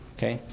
Okay